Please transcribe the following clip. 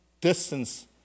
distance